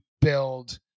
build